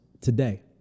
today